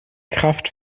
kraft